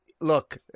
look